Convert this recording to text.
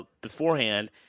beforehand